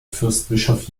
fürstbischof